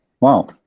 Wow